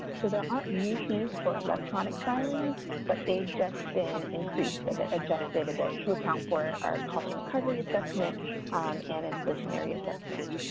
so, there aren't new fees for electronic filings but they've just been increased a bit adjusted a bit to account for our cost recovery assessment and inflationary assessment.